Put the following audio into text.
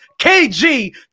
KG